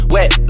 Wet